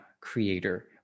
creator